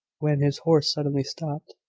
when his horse suddenly stopped,